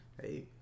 Hey